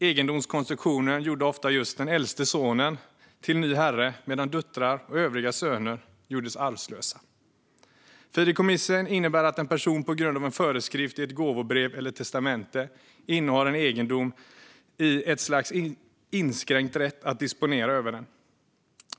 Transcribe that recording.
Egendomskonstruktionen gjorde ofta just den äldste sonen till ny herre medan döttrar och övriga söner gjordes arvlösa. Ett fideikommiss innebär att en person på grund av en föreskrift i ett gåvobrev eller testamente innehar en egendom med ett slags inskränkt rätt att disponera över den.